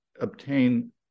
obtain